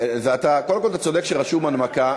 קודם כול, אתה צודק שרשום "הנמקה".